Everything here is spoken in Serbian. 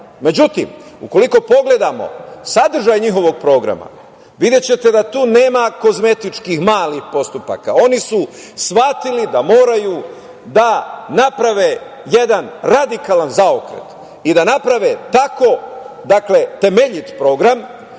ukoliko pogledamo sadržaj njihovog programa videćete da tu nema kozmetičkih malih postupaka, oni su shvatili da moraju da naprave jedan radikalan zaokret i da naprave tako temeljit program